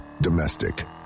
Domestic